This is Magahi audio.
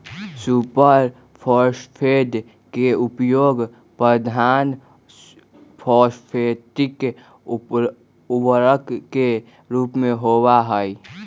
सुपर फॉस्फेट के उपयोग प्रधान फॉस्फेटिक उर्वरक के रूप में होबा हई